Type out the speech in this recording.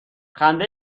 خنده